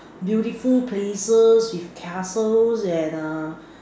beautiful places with castles and uh